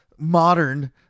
modern